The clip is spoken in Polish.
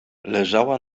leżała